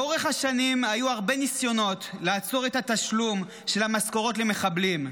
לאורך השנים היו הרבה ניסיונות לעצור את התשלום של המשכורות למחבלים,